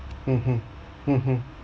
mm mm mm mm